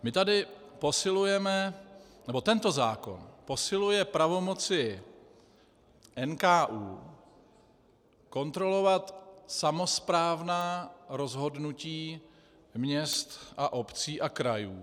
My tady posilujeme, nebo tento zákon posiluje pravomoci NKÚ kontrolovat samosprávná rozhodnutí měst, obcí a krajů.